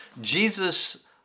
Jesus